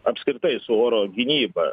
apskritai su oro gynyba